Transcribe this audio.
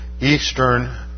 eastern